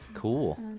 Cool